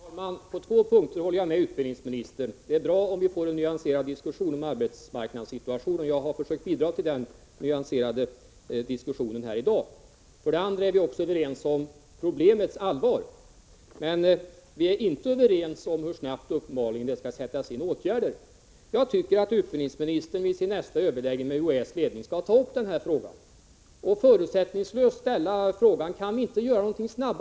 Herr talman! På två punkter håller jag med utbildningsministern. För det första är det bra om vi får en nyanserad diskussion om arbetsmarknadssituationen för tandläkare. Jag har försökt att bidra till en sådan nyanserad diskussion genom debatten här i dag. För det andra är vi överens om = Nr 98 problemets allvar. Men vi är uppenbarligen inte överens om hur snabbt : z : RS 2 SEN Fredagen den åtgärder skall sättas in. Jag tycker att utbildningsministern vid nästa 15 mars 1985 överläggning med UHÄ:s ledning skall ta upp detta spörsmål och förutsätthingslöst ställa följande frågor: Kan vi inte vidta åtgärder snabbare?